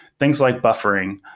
things like buffering,